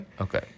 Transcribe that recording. Okay